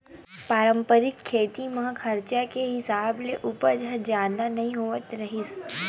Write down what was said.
पारंपरिक खेती म खरचा के हिसाब ले उपज ह जादा नइ होवत रिहिस